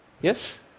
Yes